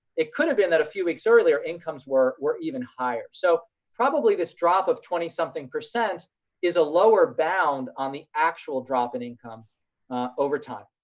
it could have been that a few weeks earlier incomes were were even higher. so probably this drop of twenty something percent is a lower bound on the actual drop in income over time.